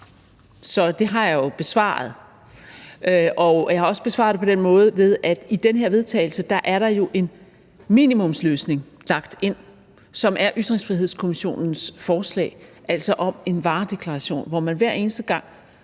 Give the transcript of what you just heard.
Så det har jeg jo besvaret. Og jeg har også besvaret det på den måde, at der i den her vedtagelse er lagt en minimumsløsning ind, som er Ytringsfrihedskommissionens forslag, altså om en varedeklaration, hvor man hver eneste gang,